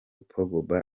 pogba